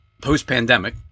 Post-pandemic